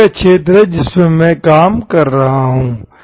यही वह क्षेत्र है जिसमें मैं काम कर रहा हूं